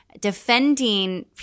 defending